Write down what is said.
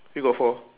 you got four